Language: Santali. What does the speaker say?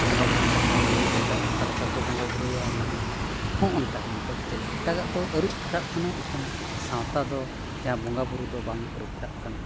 ᱵᱚᱸᱜᱟᱼᱵᱩᱨᱩ ᱠᱟᱛᱷᱟ ᱦᱩᱭᱱᱟ ᱥᱮᱫᱟᱭ ᱚᱠᱟ ᱞᱮᱠᱟ ᱠᱚ ᱵᱚᱸᱜᱟᱼᱵᱩᱨᱩᱭᱟ ᱱᱟᱦᱟᱸᱜ ᱦᱚᱸ ᱚᱱᱠᱟᱜᱮ ᱱᱤᱛᱚᱜ ᱫᱚ ᱪᱮᱫ ᱞᱮᱠᱟ ᱮᱴᱟᱜᱟᱜ ᱠᱚ ᱟᱹᱨᱩ ᱯᱷᱮᱨᱟᱜ ᱠᱟᱱᱟ ᱮᱠᱷᱟᱱ ᱥᱟᱶᱛᱟ ᱫᱚ ᱡᱟᱦᱟᱸ ᱵᱚᱸᱜᱟᱼᱵᱩᱨᱩ ᱫᱚ ᱵᱟᱝ ᱟᱹᱨᱩ ᱯᱷᱮᱨᱟᱜ ᱠᱟᱱᱟ